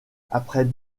après